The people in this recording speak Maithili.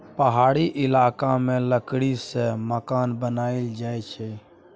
पहाड़ी इलाका मे लकड़ी सँ मकान बनाएल जाई छै